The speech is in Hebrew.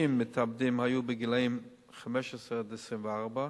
60 מתאבדים היו בני 15 24,